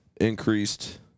increased